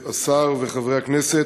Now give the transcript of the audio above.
השר וחברי הכנסת,